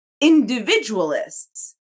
Individualists